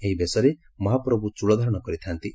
ଏହି ବେଶରେ ମହାପ୍ରଭୁ ଚୂଳ ଧାରଶ କରଥାନ୍ତି